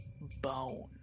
bone